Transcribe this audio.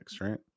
right